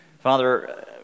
Father